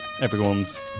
everyone's